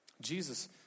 Jesus